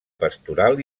pastoral